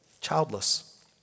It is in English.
childless